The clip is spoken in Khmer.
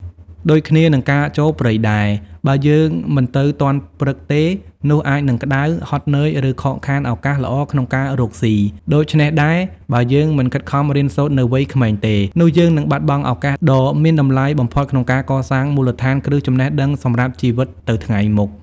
ដូចគ្នានឹងការចូលព្រៃដែរ បើយើងមិនទៅទាន់ព្រឹកទេ នោះអាចនឹងក្តៅ ហត់នឿយ ឬខកខានឱកាសល្អក្នុងការរកស៊ី ដូច្នោះដែរ បើយើងមិនខិតខំរៀនសូត្រនៅវ័យក្មេងទេ នោះយើងនឹងបាត់បង់ឱកាសដ៏មានតម្លៃបំផុតក្នុងការកសាងមូលដ្ឋានគ្រឹះចំណេះដឹងសម្រាប់ជីវិតទៅថ្ងៃមុខ។